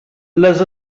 les